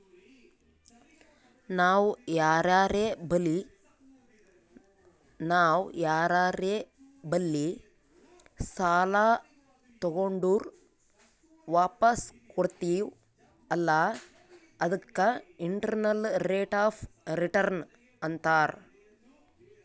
ನಾವ್ ಯಾರರೆ ಬಲ್ಲಿ ಸಾಲಾ ತಗೊಂಡುರ್ ವಾಪಸ್ ಕೊಡ್ತಿವ್ ಅಲ್ಲಾ ಅದಕ್ಕ ಇಂಟರ್ನಲ್ ರೇಟ್ ಆಫ್ ರಿಟರ್ನ್ ಅಂತಾರ್